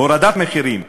הורדת מחירים,